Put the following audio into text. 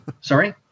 sorry